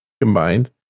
combined